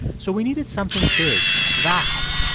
so we needed something big, vast,